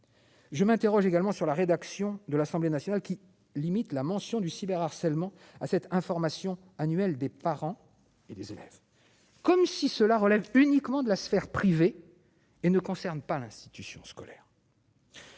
Je m'interroge également sur la rédaction de l'Assemblée nationale qui limite la mention du cyber harcèlement à cette information annuelle des parents et des élèves. Comme si cela relève uniquement de la sphère privée et ne concerne pas l'institution scolaire.